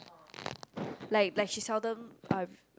like like she seldom uh